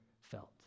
felt